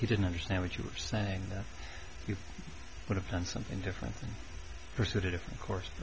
he didn't understand what you were saying you would have done something different pursued it of course